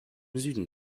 süden